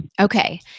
Okay